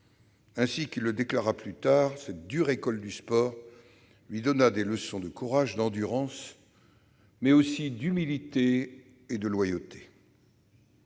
Ainsi qu'il le déclara plus tard, cette dure école du sport lui donna des leçons de courage, d'endurance, d'humilité et de loyauté.